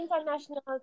international